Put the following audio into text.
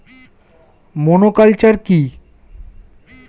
Monoculture কি?